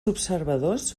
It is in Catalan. observadors